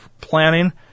planning